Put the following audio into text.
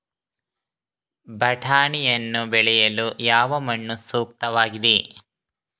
ಬಟಾಣಿಯನ್ನು ಬೆಳೆಯಲು ಯಾವ ಮಣ್ಣು ಸೂಕ್ತವಾಗಿದೆ?